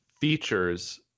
features